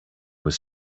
was